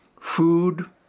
food